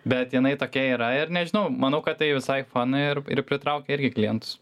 bet jinai tokia yra ir nežinau manau kad tai visai fan ir ir pritraukia irgi klientus